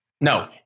No